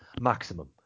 maximum